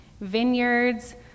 Vineyards